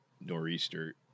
nor'easter